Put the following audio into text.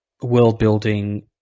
world-building